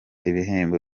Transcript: ibihembo